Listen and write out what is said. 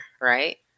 Right